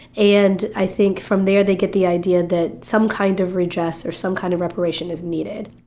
and i think from there they get the idea that some kind of redress or some kind of reparation is needed.